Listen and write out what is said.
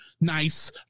nice